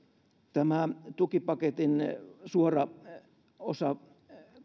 tämä tukipaketin suora osa